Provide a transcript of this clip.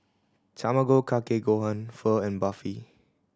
Tamago Kake Gohan Pho and Barfi